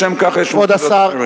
לשם כך יש מוסדות אחרים.